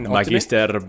magister